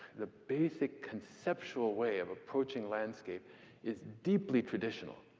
the basic conceptual way of approaching landscape is deeply traditional.